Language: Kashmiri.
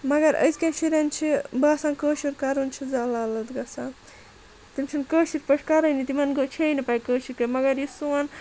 مگر أزکیٚن شُرٮ۪ن چھِ باسان کٲشُر کرُن چھُ ذلالت گژھان تِم چھِنہٕ کٲشِر پٲٹھۍ کَرٲنی تِم گوٚو چھیٚیی نہٕ پاے کٲشُر کیٛاہ مگر یہِ سون